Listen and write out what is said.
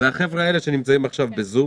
זה החבר'ה האלה שנמצאים עכשיו בזום